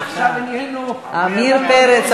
עכשיו נהיינו, סליחה, סליחה, עמיר פרץ.